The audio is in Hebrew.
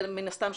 מן הסתם,